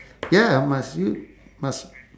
ya must you must